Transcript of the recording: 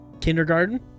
kindergarten